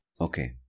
Okay